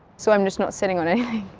so i'm just not sitting on ah